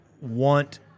want